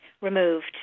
removed